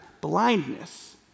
blindness